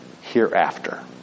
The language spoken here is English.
hereafter